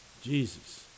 Jesus